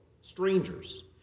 strangers